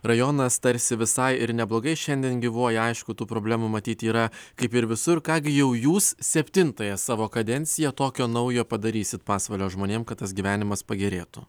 rajonas tarsi visai ir neblogai šiandien gyvuoja aišku tų problemų matyt yra kaip ir visur ką gi jau jūs septintąją savo kadenciją tokio naujo padarysit pasvalio žmonėm kad tas gyvenimas pagerėtų